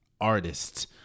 artists